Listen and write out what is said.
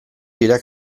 dira